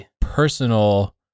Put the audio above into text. personal